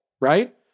Right